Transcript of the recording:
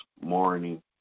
morning